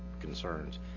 concerns